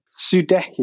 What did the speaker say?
Sudeki